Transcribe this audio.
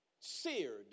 seared